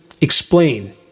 explain